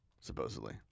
supposedly